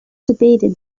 debated